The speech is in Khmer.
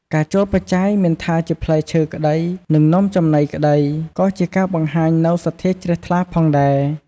ការចូលបច្ច័យមិនថាជាផ្លែឈើក្ដី និងនំចំណីក្ដី ក៏ជាការបង្ហាញនូវសទ្ធាជ្រះថ្លាផងដែរ។